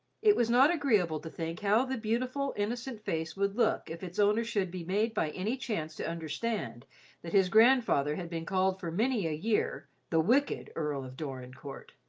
it was not agreeable to think how the beautiful, innocent face would look if its owner should be made by any chance to understand that his grandfather had been called for many a year the wicked earl of dorincourt.